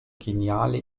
geniale